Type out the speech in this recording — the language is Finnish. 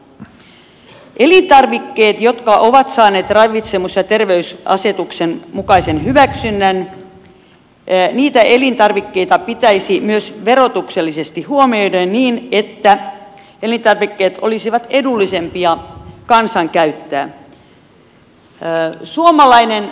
niitä elintarvikkeita jotka ovat saaneet ravitsemus ja terveysasetuksen mukaisen hyväksynnän pitäisi myös verotuksellisesti huomioida niin että elintarvikkeet olisivat edullisempia kansan käyttää